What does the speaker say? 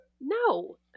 No